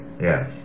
Yes